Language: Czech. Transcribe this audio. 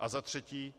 A zatřetí.